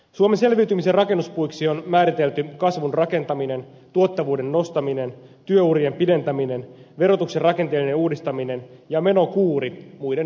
suomen selviytymisen rakennuspuiksi on määritelty kasvun rakentaminen tuottavuuden nostaminen työurien pidentäminen verotuksen rakenteellinen uudistaminen ja menokuuri muiden muassa